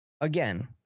again